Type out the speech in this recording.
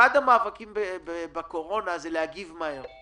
אחד המאבקים בקורונה זה להגיב מהר.